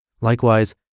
Likewise